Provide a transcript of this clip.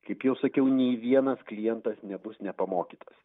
kaip jau sakiau nei vienas klientas nebus nepamokytas